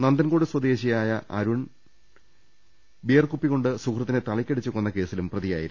നന്തൻകോട് സ്വദേശിയായ അരുൺ ബിയർ കുപ്പി കൊണ്ട് സുഹൃത്തിനെ തലയ്ക്കടിച്ച് കൊന്ന കേസിലും പ്രതിയായിരുന്നു